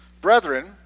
Brethren